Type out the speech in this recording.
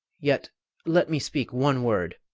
yet let me speak one word.